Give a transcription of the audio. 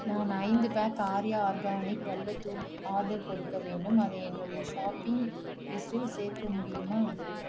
நான் ஐந்து pack Arya organic வெல்லத் தூள் ஆர்டர் கொடுக்க வேண்டும் அதை என்னுடைய ஷாப்பிங் லிஸ்டில் சேர்க்க முடியுமா